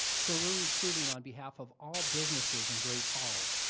so we're recruiting on behalf of all businesses in great falls,